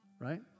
right